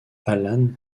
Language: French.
allan